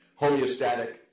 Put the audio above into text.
homeostatic